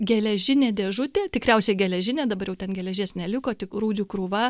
geležinė dėžutė tikriausiai geležinė dabar jau ten geležies neliko tik rūdžių krūva